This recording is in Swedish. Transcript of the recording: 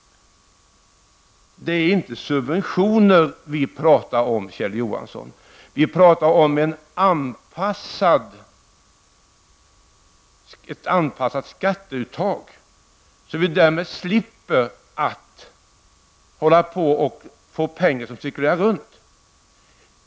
Det är inte subventioner som vi i centerpartiet talar om, Kjell Johansson. Vi talar om ett anpassat skatteuttag så att man därmed slipper ha pengar som cirkulerar runt.